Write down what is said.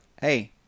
hey